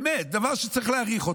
באמת דבר שצריך להעריך אותו.